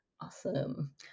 Awesome